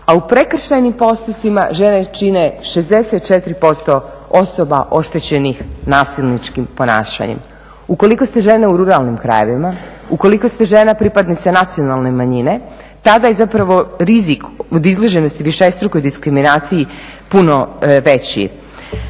a u prekršajnim postupcima žene čine 64% osoba oštećenih nasilničkim ponašanjem. Ukoliko ste žene u ruralnim krajevima, ukoliko ste žene pripadnice nacionalne manjine tada je zapravo rizik od izloženosti višestrukoj diskriminaciji puno veći,